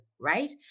right